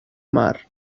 mar